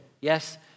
Yes